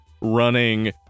running